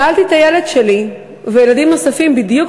שאלתי את הילד שלי וילדים נוספים בדיוק